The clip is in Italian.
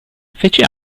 fece